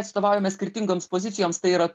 atstovaujame skirtingoms pozicijoms tai yra